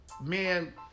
man